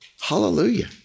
Hallelujah